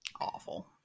awful